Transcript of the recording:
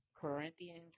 corinthians